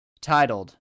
titled